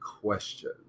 question